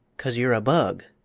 cause you're a bug,